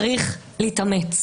צריך להתאמץ.